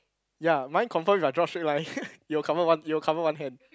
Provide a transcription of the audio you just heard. ya mine confirm if I draw straight line it will cover one it will cover one hand